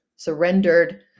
surrendered